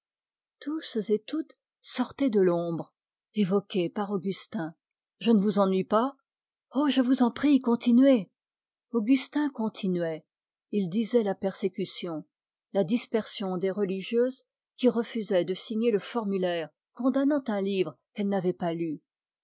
tous et toutes sortaient de l'ombre évoqués par augustin je ne vous ennuie pas oh je vous en prie continuez augustin disait la persécution la dispersion des religieuses qui refusaient de signer le formulaire condamnant un livre qu'elles n'avaient pas lu